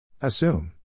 Assume